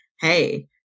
hey